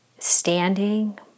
standing